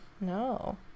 No